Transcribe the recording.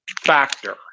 factor